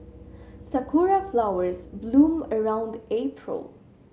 Sakura flowers bloom around April